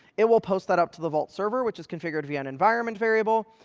it will post that up to the vault server which is configured via an environment variable.